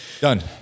Done